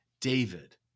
David